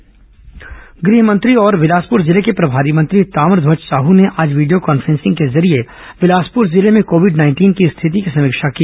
गुह मंत्री कोरोना समीक्षा गृह मंत्री और बिलासपुर जिले के प्रभारी मंत्री ताम्रध्वज साहू ने आज वीडियो कॉन्फ्रेंसिंग के जरिये बिलासपुर जिले में कोविड नाइंटीन की स्थिति की समीक्षा की